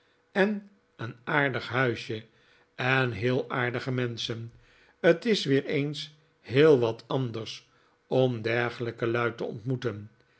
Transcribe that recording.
en een aardig huisje en heel aardige menschen t is weer eens heel wat anders om dergelijke lui te ontmoeten